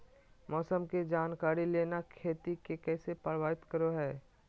मौसम के जानकारी लेना खेती के कैसे प्रभावित करो है?